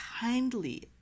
kindly